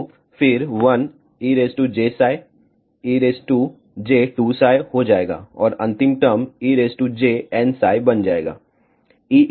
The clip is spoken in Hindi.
तो फिर 1 ejψ ej2ψ हो जाएगा और अंतिम टर्म ejnψबन जाएगा